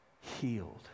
healed